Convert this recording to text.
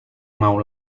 mau